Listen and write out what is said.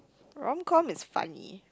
romcom is funny